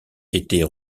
était